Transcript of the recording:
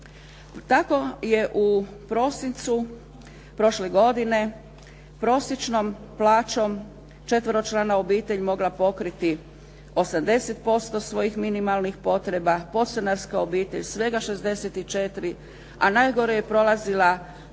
Tako je u prosincu prošle godine prosječnom plaćom četveročlana obitelj mogla pokriti 80% svojih minimalnih potreba, podstanarska obitelj svega 64, a najgore je prolazila